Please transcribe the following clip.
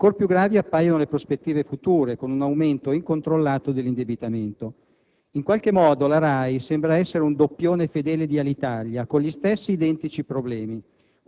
ancor più gravi appaiono le prospettive future, con un aumento incontrollato dell'indebitamento. In qualche modo la RAI sembra essere un doppione fedele di Alitalia, con gli stessi identici problemi: